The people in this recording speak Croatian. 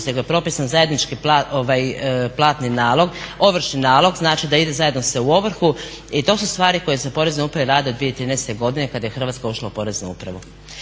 nego je propisan zajednički platni nalog, ovršni nalog da se ide zajedno u ovrhu i to su stvari koje se rade u poreznoj upravi od 2013.godine kada je Hrvatska ušla u EU.